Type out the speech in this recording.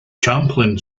champlain